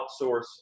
outsource